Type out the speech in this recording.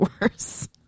worse